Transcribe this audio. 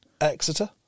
exeter